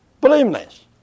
blameless